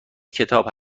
کتاب